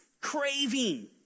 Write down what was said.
craving